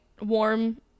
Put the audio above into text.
warm